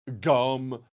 Gum